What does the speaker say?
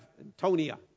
Antonia